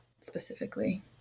specifically